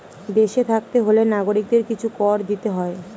দেশে থাকতে হলে নাগরিকদের কিছু কর দিতে হয়